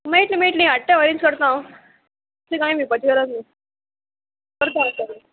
मेळटली मेळटली हाडटा अरेंज करता हांव तशें कांय भिवपाची गरज करता करता